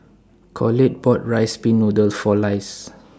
Colette bought Rice Pin Noodle For Lise